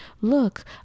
Look